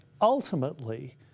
ultimately